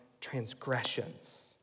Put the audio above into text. transgressions